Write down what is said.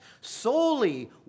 solely